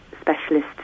specialist